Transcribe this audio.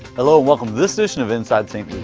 hello, welcome to this edition of inside st.